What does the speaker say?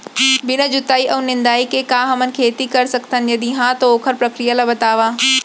बिना जुताई अऊ निंदाई के का हमन खेती कर सकथन, यदि कहाँ तो ओखर प्रक्रिया ला बतावव?